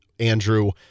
Andrew